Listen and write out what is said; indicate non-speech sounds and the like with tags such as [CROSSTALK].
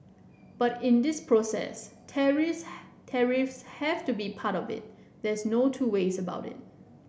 but in this process [UNINTELLIGIBLE] tariffs have to be part of it there's no two ways about it